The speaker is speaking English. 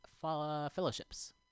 Fellowships